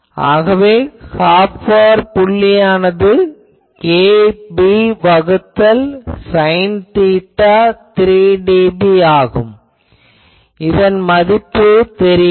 ஆகவே half power புள்ளியானது kb வகுத்தல் சைன் தீட்டா 3dB ஆகும் இதன் மதிப்பு தெரியுமா